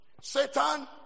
Satan